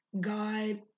God